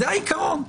זה העיקרון.